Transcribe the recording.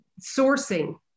sourcing